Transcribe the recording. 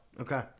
Okay